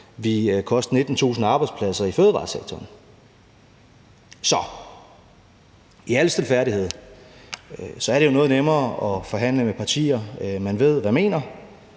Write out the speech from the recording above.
koste 19.000 arbejdspladser i fødevaresektoren? Så i al stilfærdighed er det jo noget nemmere at forhandle med partier, man ved hvad mener.